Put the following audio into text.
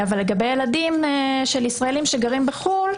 לגבי ילדים של ישראלים שגרים בחוץ לארץ,